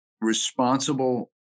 responsible